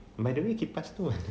by the way kipas tu mana